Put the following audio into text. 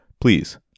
please